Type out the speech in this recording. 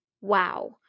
Wow